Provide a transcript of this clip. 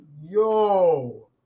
yo